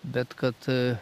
bet kad